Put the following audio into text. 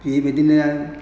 बेबायदिनो